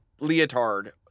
leotard